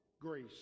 grace